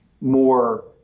more